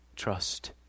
Trust